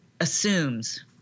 assumes